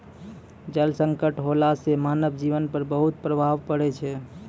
जल संकट होला सें मानव जीवन पर बहुत प्रभाव पड़ै छै